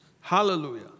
Hallelujah